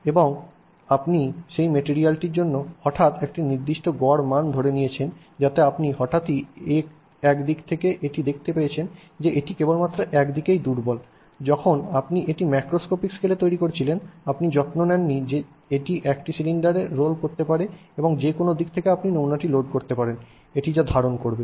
এবং আপনি সেই মেটেরিয়ালটির জন্য হঠাত্ একটি নির্দিষ্ট গড়ের মান ধরে নিয়েছেন যাতে আপনি হঠাৎই এক দিকে এটি দেখতে পেয়েছেন যে এটি কেবলমাত্র একদিকেই দুর্বল যখন আপনি এটি ম্যাক্রোস্কোপিক স্কেলে তৈরি করেছিলেন আপনি যত্ন নেন নি যে এটি একটি সিলিন্ডার এটি রোল করতে পারে এবং যে কোনও দিক থেকে আপনি নমুনাটি লোড করতে পারেন যা এটি ধারণ করবে